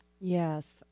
yes